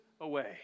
away